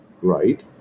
right